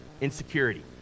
Insecurity